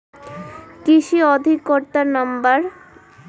কৃষি অধিকর্তার নাম্বার?